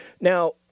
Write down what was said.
Now